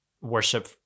worship